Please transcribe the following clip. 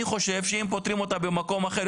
אני חושב שאם פותרים אותה במקום אחר,